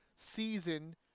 season